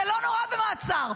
זה לא נורא, המעצר.